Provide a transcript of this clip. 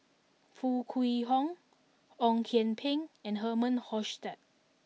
Foo Kwee Horng Ong Kian Peng and Herman Hochstadt